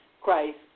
Christ